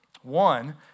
One